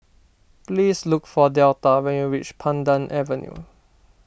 please look for Delta when you reach Pandan Avenue